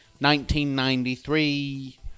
1993